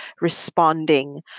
responding